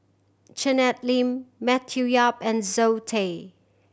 Janet Lim Matthew Yap and Zoe Tay